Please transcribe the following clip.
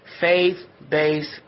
Faith-Based